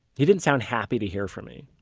he didn't sound happy to hear from me.